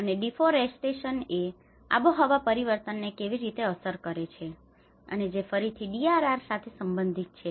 અને ડીફોરેસ્ટેશન એ આબોહવા પરિવર્તનને કેવી રીતે અસર કરે છે અને જે ફરીથી DRR સાથે સંબંધિત છે